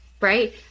right